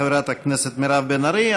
חברת הכנסת מירב בן ארי.